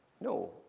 No